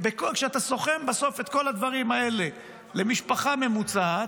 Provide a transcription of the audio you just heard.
כשאתה סוכם בסוף את כל הדברים האלה למשפחה ממוצעת,